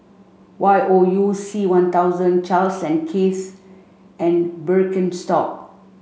Y O U C One thousand Charles and Keith and Birkenstock